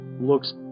looks